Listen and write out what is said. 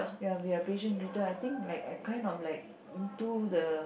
ya we are patient greater I think like I kind of like into the